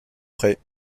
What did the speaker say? près